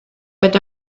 but